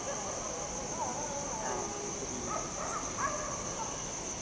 ᱦᱮᱸ ᱢᱩᱠᱩᱴᱢᱚᱱᱤᱯᱩᱨ